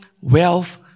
wealth